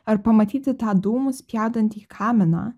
ar pamatyti tą dūmus spjaudantį kaminą